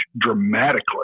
dramatically